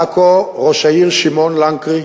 בעכו מוביל ראש העיר שמעון לנקרי,